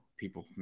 people